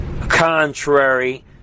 contrary